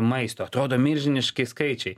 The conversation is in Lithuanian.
maisto atrodo milžiniški skaičiai